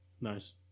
Nice